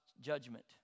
judgment